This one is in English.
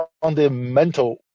fundamental